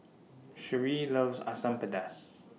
Sheree loves Asam Pedas